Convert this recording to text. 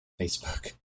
Facebook